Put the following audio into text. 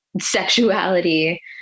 sexuality